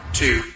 two